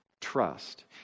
trust